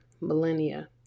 millennia